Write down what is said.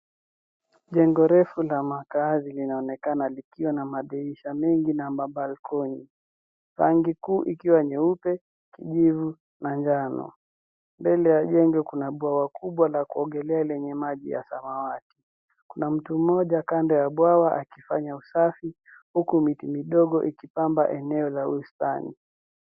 Jengo refu la makaazi, linaonekana likiwa na madirisha mengi na mabalkoni . Rangi kuu ikiwa nyeupe, kijivu, na njano. Mbele ya jengo kuna bwawa kubwa la kuogelea lenye maji ya samawati. Kuna mtu mmoja kando ya bwawa akifanya usafi, huku miti midogo ikipamba eneo la ustaani.